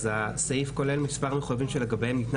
אז הסעיף כולל מספר מחויבים שלגביהם ניתנה